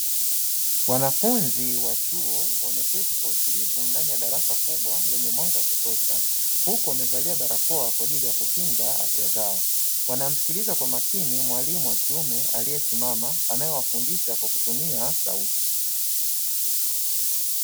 Wanafunzi wa chuo wameketi kwa utulivu ndani ya darasa kubwa lenye mwanga wa kutosha, huku wamevalia barakoa kwa ajili ya kukinga afya zao. Wanamsikiliza kwa makini mwalimu wa kiume aliyesimama anayewafundisha kwa kutumia sauti.